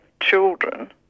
children